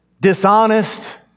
dishonest